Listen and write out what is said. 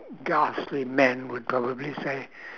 ghastly men would probably say